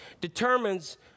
determines